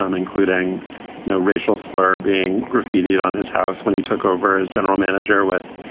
um including no racial slur being graffitied on his house when he took over as general manager with,